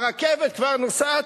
הרכבת כבר נוסעת,